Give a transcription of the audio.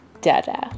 Dada